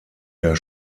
der